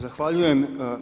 Zahvaljujem.